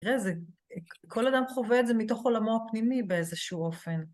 ראה, כל אדם חווה את זה מתוך עולמו הפנימי, באיזשהו אופן.